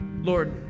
lord